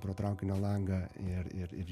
pro traukinio langą ir ir ir